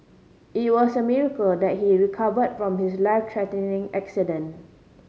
it was a miracle that he recovered from his life threatening accident